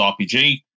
RPG